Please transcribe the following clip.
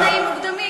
זה תנאים מוקדמים.